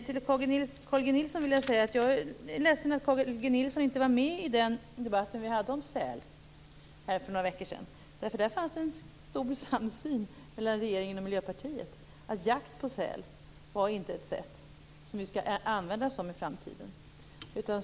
Jag är ledsen att Carl G Nilsson inte var med i den debatt om säl som vi hade här för några veckor sedan. Där fanns en stor samsyn mellan regeringen och Miljöpartiet om att jakt på säl inte är ett sätt som vi skall använda oss av i framtiden.